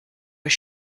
was